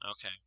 Okay